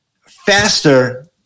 faster